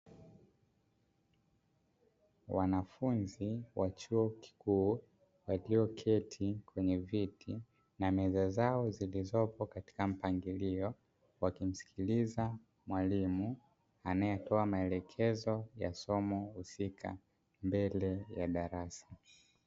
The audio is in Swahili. Wanafunzi wa chuo kikuu walioketi kwenye viti na meza zao zilizopo katika mpangilio, wakimskiliza mwalimu anayetoa maelekezo ya somo husika mbele ya darasa.